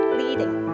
leading